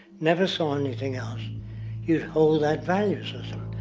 never saw anything else you'd hold that value system.